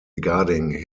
regarding